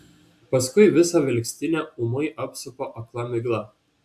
paskui visą vilkstinę ūmai apsupa akla migla